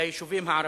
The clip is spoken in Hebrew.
ליישובים הערביים,